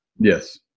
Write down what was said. Yes